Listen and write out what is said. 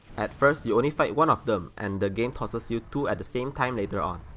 at first you only fight one of them and the game tosses you two at the same time later on,